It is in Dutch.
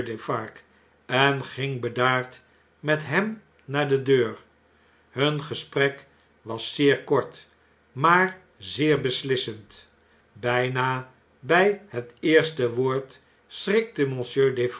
en ging bedaard met hem naar de deur hun gesprek was zeer kort maar zeer beslissend bjna bjj het eerste woord